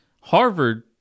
Harvard